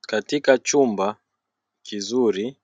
Katika chumba kizuri